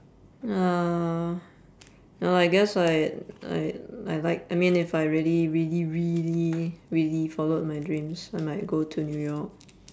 uh well I guess I'd I'd I'd like I mean if I really really really really followed my dreams I might go to new york